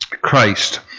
Christ